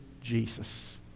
Jesus